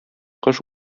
кош